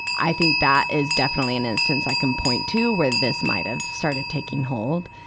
i think that is definitely an instance i can point to where this might have started taking hold.